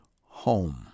home